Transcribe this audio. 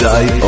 Die